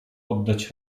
oddać